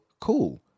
cool